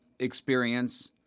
experience